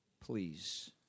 please